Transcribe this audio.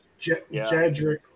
Jedrick